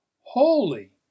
Holy